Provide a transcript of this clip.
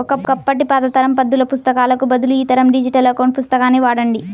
ఒకప్పటి పాత తరం పద్దుల పుస్తకాలకు బదులు ఈ తరం డిజిటల్ అకౌంట్ పుస్తకాన్ని వాడండి